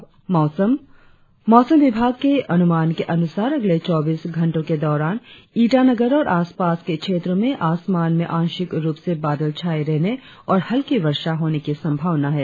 और अब मौसम मौसम विभाग के अनुमान के अनुसार अगले चौबीस घंटो के दौरान ईटानगर और आसपास के क्षेत्रो में आसमान में आंशिक रुप से बादल छाये रहने और हल्की वर्षा होने की संभावना है